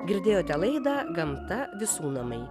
girdėjote laidą gamta visų namai